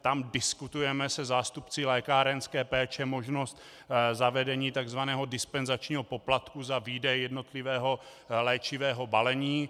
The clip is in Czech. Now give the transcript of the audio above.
Tam diskutujeme se zástupci lékárenské péče možnost zavedení tzv. dispenzačního poplatku za výdej jednotlivého léčivého balení.